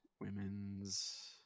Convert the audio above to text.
Women's